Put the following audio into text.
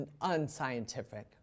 unscientific